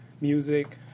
music